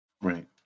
Right